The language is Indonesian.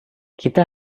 kita